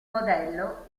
modello